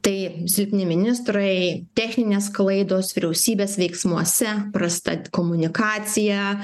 tai silpni ministrai techninės klaidos vyriausybės veiksmuose prasta komunikacija